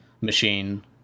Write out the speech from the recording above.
machine